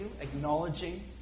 acknowledging